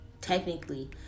technically